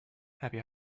happy